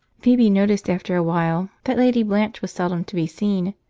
phoebe noticed after a while that lady blanche was seldom to be seen,